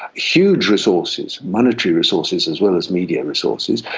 huge resources, monetary resources as well as media resources,